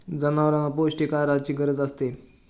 जनावरांना पौष्टिक आहाराची गरज असते